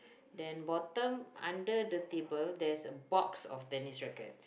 then bottom under the table there's a box of tennis racket